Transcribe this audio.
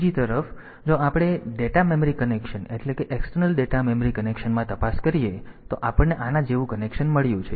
બીજી તરફ જો આપણે ડેટા મેમરી કનેક્શન એટલે કે એક્સટર્નલ ડેટા મેમરી કનેક્શનમાં તપાસ કરીએ તો આપણને આના જેવું કનેક્શન મળ્યું છે